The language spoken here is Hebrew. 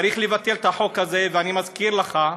צריך לבטל את החוק הזה, ואני מזכיר לך,